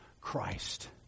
Christ